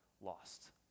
lost